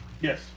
Yes